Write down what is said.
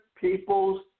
people's